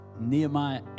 Nehemiah